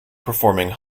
performing